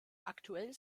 aktuell